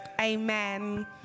amen